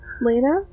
Lena